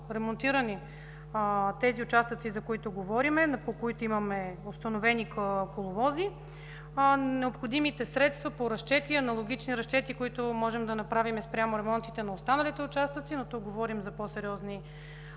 ремонтирани тези участъци, за които говорим, по които има установени коловози, необходимите средства по аналогични разчети, които можем да направим спрямо ремонтите на останалите участъци – тук говорим за по-сериозни